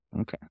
Okay